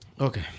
Okay